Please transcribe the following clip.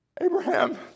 Abraham